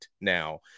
now